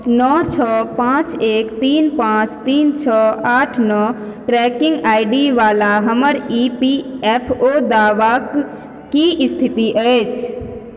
नओ छओ पाँच एक तीन पाँच तीन छओ आठ नओ ट्रैकिङ्ग आइडीवला हमर ई पी एफ ओ दावाके की स्थिति अछि